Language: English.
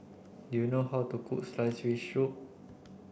do you know how to cook sliced fish soup